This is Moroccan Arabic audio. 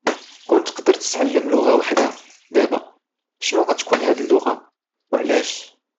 كون تقدر تتعلم لغة وحدة دبا، شنو ممكن تكون هاد اللغة وعلاش؟